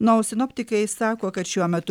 na o sinoptikai sako kad šiuo metu